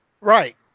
Right